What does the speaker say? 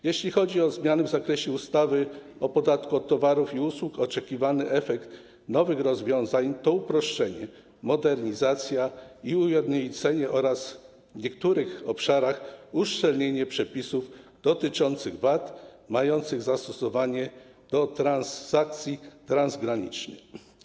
Jeśli chodzi o zmiany w zakresie ustawy o podatku od towarów i usług, oczekiwany efekt nowych rozwiązań to uproszczenie, modernizacja i ujednolicenie oraz w niektórych obszarach uszczelnienie przepisów dotyczących VAT, mających zastosowanie do transakcji transgranicznych.